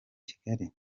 kigali